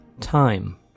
Time